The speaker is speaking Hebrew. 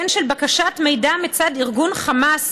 והן של בקשת מידע מצד ארגון חמאס,